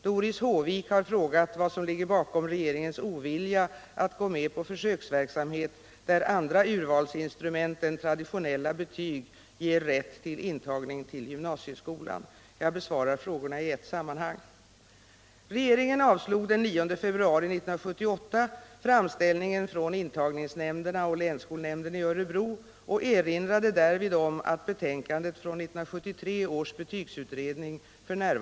Doris Håvik har frågat vad som ligger bakom regeringens ovilja att gå med på försöksverksamhet där andra urvalsinstrument än traditionella betyg ger rätt till intagning till gymnasieskolan. Jag besvarar frågorna i ett sammanhang.